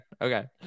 okay